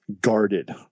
guarded